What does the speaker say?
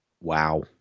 Wow